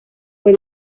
fue